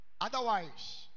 Otherwise